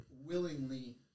willingly